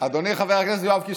אדוני חבר הכנסת יואב קיש,